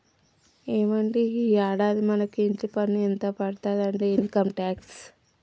ఏవండి ఈ యాడాది మనకు ఇంటి పన్ను ఎంత పడతాదండి ఇన్కమ్ టాక్స్